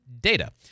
Data